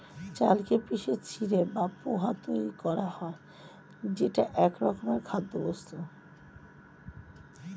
চালকে পিষে চিঁড়ে বা পোহা তৈরি করা হয় যেটা একরকমের খাদ্যবস্তু